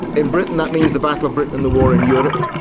in britain that means the battle of britain and the war in europe,